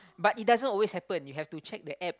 but it doesn't always happen you have to check the App